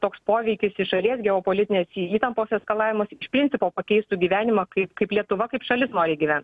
toks poveikis iš šalies geopolitinės įtampos eskalavimas iš principo pakeistų gyvenimą kaip kaip lietuva kaip šalis nori gyvent